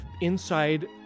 inside